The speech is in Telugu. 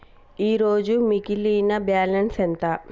ఈరోజు మిగిలిన బ్యాలెన్స్ ఎంత?